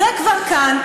זה כבר כאן.